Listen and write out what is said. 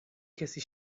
کسی